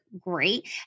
great